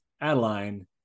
Adeline